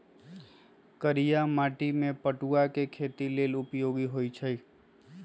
करिया माटि में पटूआ के खेती लेल उपयोगी होइ छइ